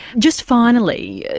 just finally,